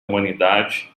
humanidade